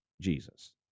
jesus